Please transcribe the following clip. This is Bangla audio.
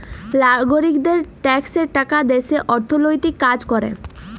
লাগরিকদের ট্যাক্সের টাকা দ্যাশের অথ্থলৈতিক কাজ ক্যরে